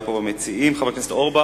חבר הכנסת אורבך?